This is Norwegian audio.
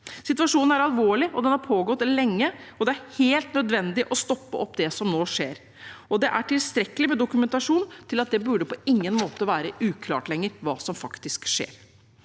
Situasjonen er alvorlig, og den har pågått lenge. Det er helt nødvendig å stoppe det som nå skjer, og det er tilstrekkelig med dokumentasjon til at det på ingen måte burde være uklart lenger hva som faktisk skjer.